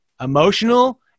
emotional